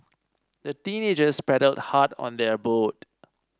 the teenagers paddled hard on their boat